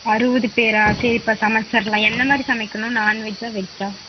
அறுபது பேரா சரிப்பா சமைச்சர்லாம் எந்த மாதிரி சமைக்கணும் நான் வெஜ்ஜா வெஜ்ஜா